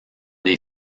des